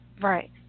Right